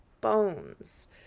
bones